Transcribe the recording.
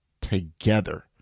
together